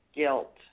Guilt